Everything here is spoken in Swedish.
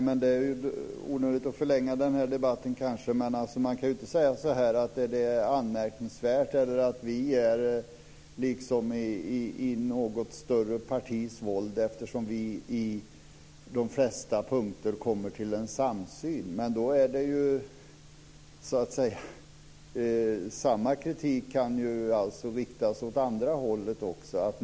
Fru talman! Man kan inte säga att det är anmärkningsvärt eller att vi är i ett större partis våld eftersom vi på de flesta punkter kommer fram till en samsyn. Samma kritik kan ju riktas åt andra hållet.